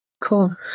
Cool